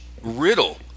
riddle